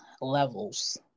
levels